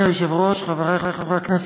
אדוני היושב-ראש, חברי חברי הכנסת,